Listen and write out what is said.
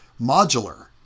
modular